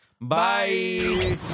Bye